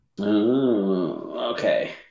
Okay